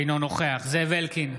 אינו נוכח זאב אלקין,